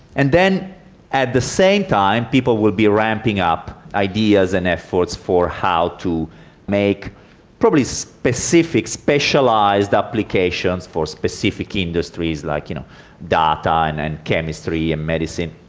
and then at the same time people will be ramping up ideas and efforts for how to make probably specific specialised applications for specific industries like you know data and and chemistry and medicine.